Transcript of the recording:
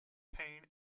pain